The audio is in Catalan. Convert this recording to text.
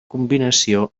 combinació